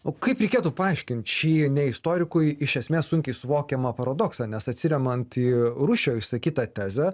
o kaip reikėtų paaiškint šį ne istorikui iš esmės sunkiai suvokiamą paradoksą nes atsiremiant į rušio išsakytą tezę